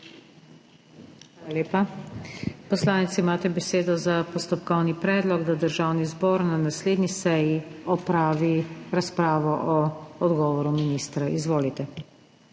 Hvala lepa. Poslanec, imate besedo za postopkovni predlog, da Državni zbor na naslednji seji opravi razpravo o odgovoru ministra. Izvolite.